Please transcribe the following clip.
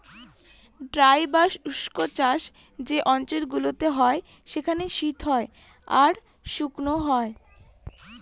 dry বা শুস্ক চাষ যে অঞ্চল গুলোতে হয় সেখানে শীত হয় আর শুকনো হয়